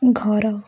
ଘର